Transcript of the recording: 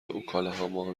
اوکلاهاما